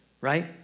right